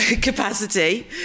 capacity